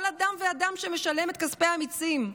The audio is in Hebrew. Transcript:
של כל אדם ואדם שמשלם את כספי המיסים,